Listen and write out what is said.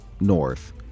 north